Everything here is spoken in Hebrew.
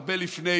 הרבה לפני